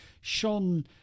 sean